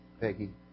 Peggy